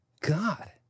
God